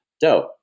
Dope